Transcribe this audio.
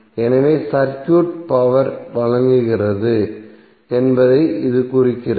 எனவே circuit power ஐ வழங்குகிறது என்பதை இது குறிக்கிறது